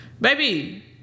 baby